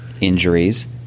injuries